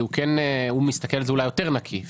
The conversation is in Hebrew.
כי הוא מסתכל על זה אולי באופן נקי יותר,